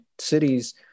cities